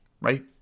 right